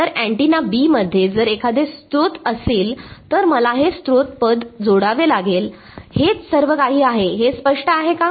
तर antenna B मध्ये जर एखादे स्रोत असेल तर मला हे स्त्रोत पद जोडावे लागेल हेच सर्व काही आहे हे स्पष्ट आहे का